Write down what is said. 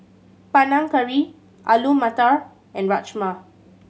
Panang Curry Alu Matar and Rajma